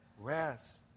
Rest